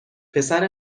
پسر